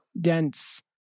dense